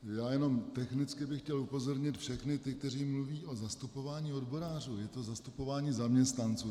Já jenom technicky bych chtěl upozornit všechny ty, kteří mluví o zastupování odborářů, je to zastupování zaměstnanců.